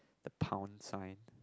the pound sign